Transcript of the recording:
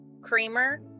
creamer